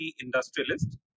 industrialist